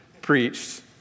preached